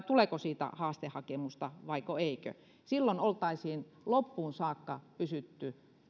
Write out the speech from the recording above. tuleeko siitä haastehakemusta vaiko eikö silloin oltaisiin loppuun saakka pysytty